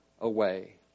away